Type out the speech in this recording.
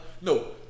No